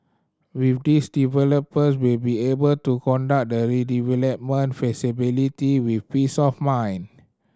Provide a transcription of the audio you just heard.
with this developer will be able to conduct the redevelopment feasibility with peace of mind